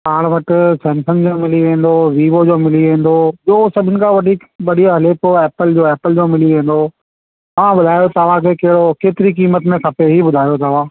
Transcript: पाण वटि सैमसंग जा मिली वेंदो वीवो जो मिली वेंदो ॿियों सभिनि खां वधीक बढ़िया हले थो एप्पल जो एप्पल जो मिली वेंदो तव्हां ॿुधायो तव्हांखे कहिड़ो केतिरी क़ीमत में खपे ई ॿुधायो तव्हां